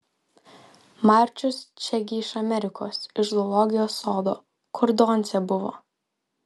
marčius čia gi iš amerikos iš zoologijos sodo kur doncė buvo